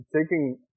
taking